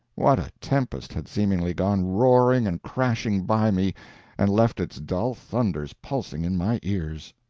what a tempest had seemingly gone roaring and crashing by me and left its dull thunders pulsing in my ears!